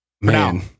Man